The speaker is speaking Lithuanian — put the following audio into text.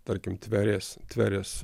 tarkim tverės tverės